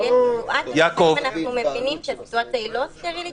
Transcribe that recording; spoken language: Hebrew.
אבל יש סיטואציה שאם אנחנו מבינים שהיא סיטואציה לא סטרילית